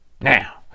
Now